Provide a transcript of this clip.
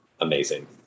amazing